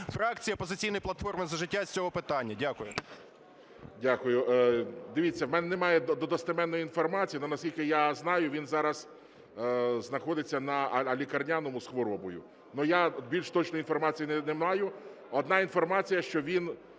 фракції "Опозиційної платформи – За життя" з цього питання. Дякую. ГОЛОВУЮЧИЙ. Дякую. Дивіться, у мене немає достеменної інформації, но наскільки я знаю, він зараз знаходиться на лікарняному з хворобою. Но я більш точної інформації не маю. Одна інформація, що він